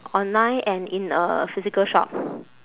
online and in a physical shop